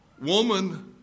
Woman